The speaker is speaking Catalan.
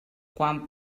quan